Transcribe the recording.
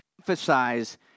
emphasize